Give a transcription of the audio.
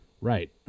Right